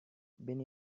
been